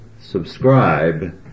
subscribe